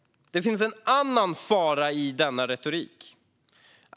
Det finns en annan fara med denna retorik.